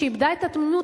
שאיבדה את התמימות,